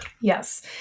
Yes